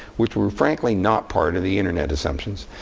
which were frankly not part of the internet assumptions,